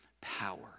power